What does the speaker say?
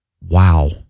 wow